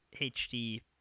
HD